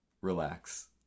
relax